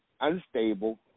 unstable